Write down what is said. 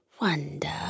wonder